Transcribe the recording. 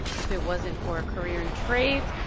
if it wasn't for a career in trades.